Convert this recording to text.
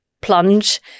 plunge